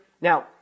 Now